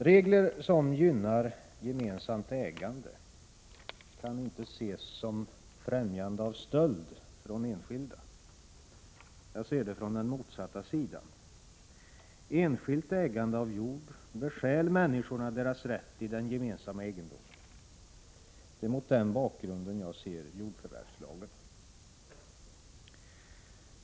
Regler som gynnar gemensamt ägande kan inte ses som främjande av stöld från enskilda. Jag ser det från den motsatta sidan. Enskilt ägande av jord bestjäl människorna deras rätt i den gemensamma egendomen. Det är mot den bakgrunden jag ser jordförvärvslagen.